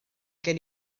gen